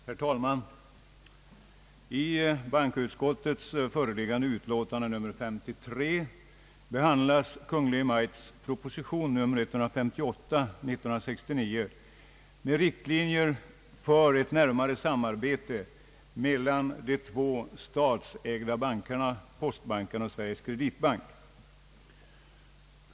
Herr talman! I bankoutskottets föreliggande utlåtande nr 533 behandlas Kungl. Maj:ts proposition 1969:158 med riktlinjer för ett närmare samarbete mellan de två statsägda bankerna postbanken och Sveriges Kreditbank.